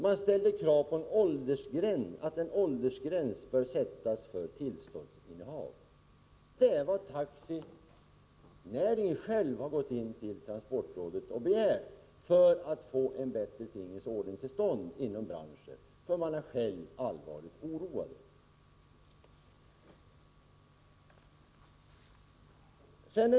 Man ställde krav på att en åldersgräns skall sättas för tillståndsinnehav. Det är vad taxinäringen begärt hos transportrådet för att få en bättre tingens ordning inom branschen, för där är man allvarligt oroad.